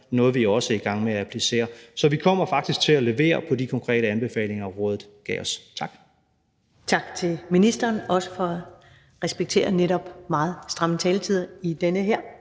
noget, vi også er i gang med at applicere. Så vi kommer faktisk til at levere på de konkrete anbefalinger, rådet gav os. Tak. Kl. 13:14 Første næstformand (Karen Ellemann): Tak til ministeren, også for at respektere netop meget stramme taletider. Der er